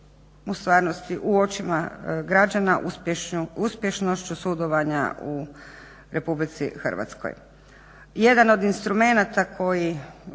u stvarnosti u očima građana uspješnošću sudovanja u Republici Hrvatskoj.